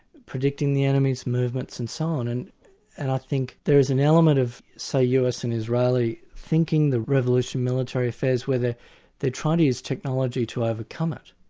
predicting the enemy's movements and so on, and and i think there is an element of say, us and israeli thinking, the revolution military affairs where they're trying to use technology to overcome it,